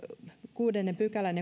kuudennen pykälän